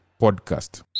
Podcast